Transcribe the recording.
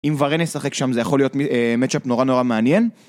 אם ורן ישחק שם זה יכול להיות מצ'אפ נורא נורא מעניין.